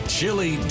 Chili